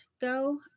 go